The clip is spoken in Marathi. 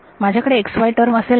माझ्याकडे xy टर्म असेल का